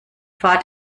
fahrt